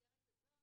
שבמסגרת הזאת